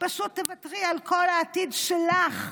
פשוט תוותרי על כל העתיד שלך בעבודה,